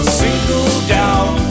single-down